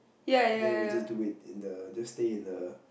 then we just do it in the just stay in the